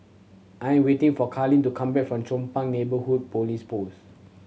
I am waiting for Karlene to come back from Chong Pang Neighbourhood Police Post